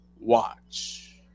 watch